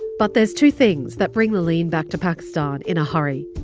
but there's two things that bring the laaleen back to pakistan in a hurry.